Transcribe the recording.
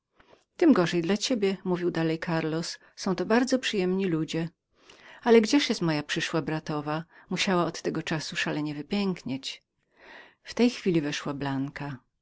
tem gorzej dla ciebie mówił dalej karlos są to bardzo przyjemni ludzie ale gdzież jest moja przyszła bratowa musiała od tego czasu szalenie wypięknieć w tej chwili weszła blanka